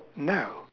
no